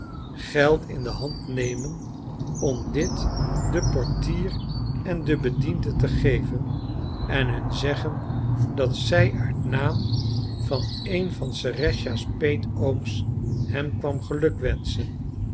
geld in de hand nemen om dit den portier en den bediende te geven en hun zeggen dat zij uit naam van een van serëscha's peetooms hem kwam